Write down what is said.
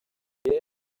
també